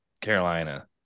Carolina